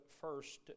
first